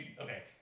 Okay